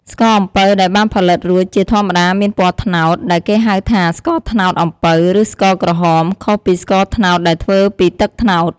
ស្ករអំពៅដែលបានផលិតរួចជាធម្មតាមានពណ៌ត្នោត ដែលគេហៅថា ស្ករត្នោតអំពៅ ឬ ស្ករក្រហម ខុសពីស្ករត្នោតដែលធ្វើពីទឹកត្នោត។